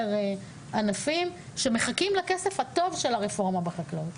ענפים שמחכים לכסף הטוב של הרפורמה ייסגרו.